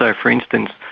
ah for instance,